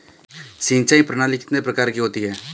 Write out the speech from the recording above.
सिंचाई प्रणाली कितने प्रकार की होती है?